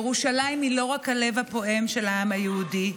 ירושלים היא לא רק הלב הפועם של העם היהודי,